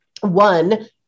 One